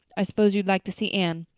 i suppose you'd like to see anne.